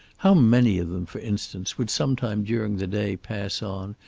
how many of them, for instance, would sometime during the day pass on,